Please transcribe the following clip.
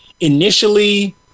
Initially